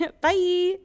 Bye